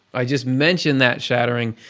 i just mention that shattering,